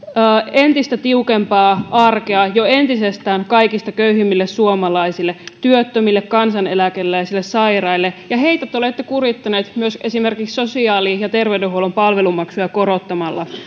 entistä tiukempaa arkea jo entisestään kaikista köyhimmille suomalaisille työttömille kansaneläkeläisille sairaille ja heitä te olette kurittaneet myös esimerkiksi sosiaali ja terveydenhuollon palvelumaksuja korottamalla